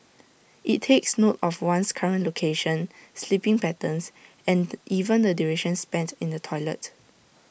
IT takes note of one's current location sleeping patterns and even the duration spent in the toilet